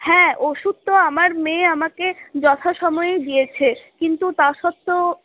হ্যাঁ ওষুধতো আমার মেয়ে আমাকে যথাসময়েই দিয়েছে কিন্তু তা সত্ত্বেও